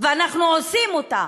ואנחנו עושים אותה?